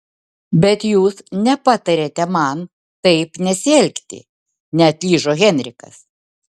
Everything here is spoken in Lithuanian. bet jūs nepatariate man taip nesielgti neatlyžo henrikas